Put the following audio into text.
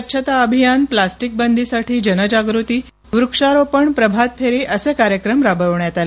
स्वच्छता अभियान प्लास्टिक बंदीसाठी जगजागृती वृक्षारोपण प्रभातफेरी असे उपक्रम राबवण्यात आले